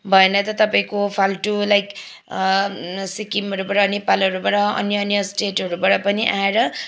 भएन यता तपाईँको फाल्टु लाइक सिक्किमहरूबाट नेपालहरूबाट अन्य अन्य स्टेटहरूबाट पनि आएर